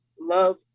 love